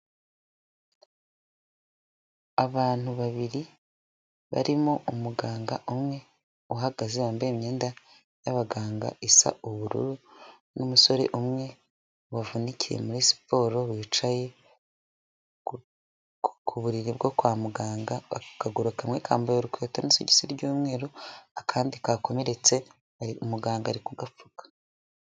Abantu babiri barimo umuganga umwe uhagaze wambaye imyenda y'abaganga isa ubururu n'umusore umwe wavunikiye muri siporo bicaye ku buriri bwo kwa muganga akaguru kamwe kambaye urukweto n'isogisi ry'umweru akandi kakomeretse hari umuganga ari kugapfuka.